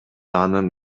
анын